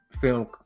film